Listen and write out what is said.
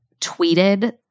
tweeted